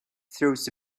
throws